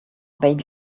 baby